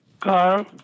Carl